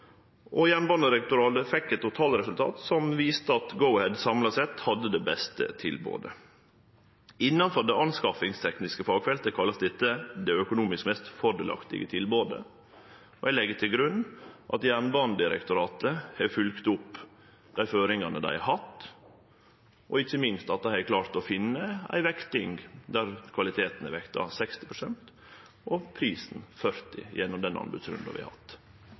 og Jernbanedirektoratet fekk eit totalresultat som viste at Go-Ahead samla sett hadde det beste tilbodet. Innanfor det anskaffingstekniske fagfeltet kallast dette det økonomisk mest fordelaktige tilbodet. Eg legg grunn til at Jernbanedirektoratet har følgt opp dei føringane dei har hatt, og ikkje minst at dei har klart å finne ei vekting der kvaliteten er vekta 60 pst. og prisen 40 pst. gjennom den anbodsrunden vi har hatt.